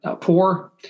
poor